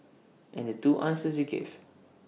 and the two answers you gave